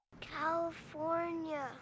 California